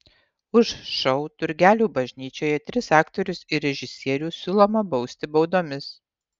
už šou turgelių bažnyčioje tris aktorius ir režisierių siūloma bausti baudomis